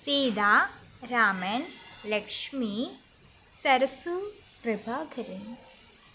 Sita Raman Lakshmi Sarasu Prabhakaran